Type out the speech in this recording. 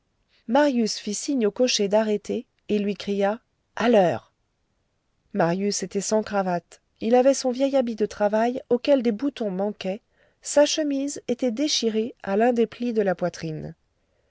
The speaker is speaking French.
marius fit signe au cocher d'arrêter et lui cria à l'heure marius était sans cravate il avait son vieil habit de travail auquel des boutons manquaient sa chemise était déchirée à l'un des plis de la poitrine